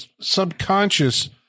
subconscious